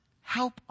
Help